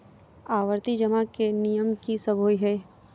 आवर्ती जमा केँ नियम की सब होइ है?